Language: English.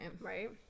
right